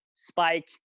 Spike